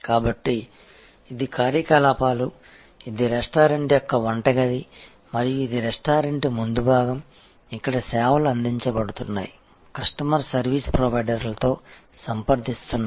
కాబట్టి ఇది కార్యకలాపాలు ఇది రెస్టారెంట్ యొక్క వంటగది మరియు ఇది రెస్టారెంట్ ముందు భాగం ఇక్కడ సేవలు అందించబడుతున్నాయి కస్టమర్ సర్వీస్ ప్రొవైడర్లతో సంప్రదిస్తున్నారు